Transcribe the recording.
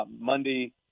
Monday